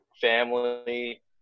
family